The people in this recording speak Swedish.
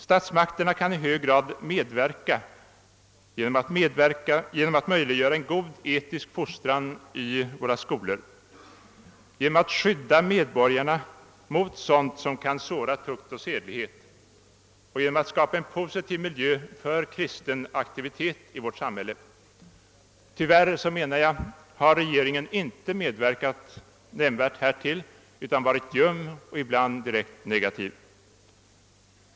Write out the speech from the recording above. Statsmakterna kan i hög grad medverka härtill genom att möjliggöra en god etisk fostran i våra skolor, genom att skydda medborgarna mot sådant som kan såra tukt och sedlighet och genom att skapa en positiv miljö för kristen aktivitet i vårt samhälle. Tyvärr menar jag att regeringen inte har medverkat nämnvärt härtill utan har varit ljum och ibland direkt negativ.